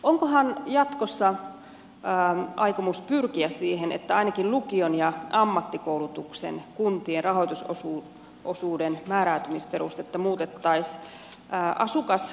onkohan jatkossa aikomus pyrkiä siihen että ainakin lukion ja ammattikoulutuksen osalta kuntien rahoitusosuuden määräytymisperustetta muutettaisiin asukaslukuperiaatteesta ikäluokkapohjaiseksi